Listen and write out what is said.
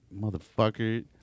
motherfucker